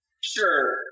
Sure